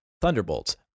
Thunderbolts